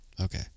Okay